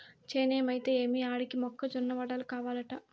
చేనేమైతే ఏమి ఆడికి మొక్క జొన్న వడలు కావలంట